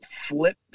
flip